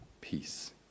peace